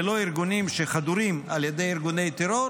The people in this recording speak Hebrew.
ולא ארגונים שחדורים על ידי ארגוני טרור,